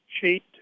sheet